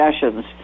sessions